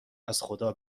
ازخدا